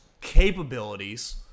capabilities